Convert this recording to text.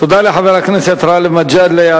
תודה לחבר הכנסת גאלב מג'אדלה.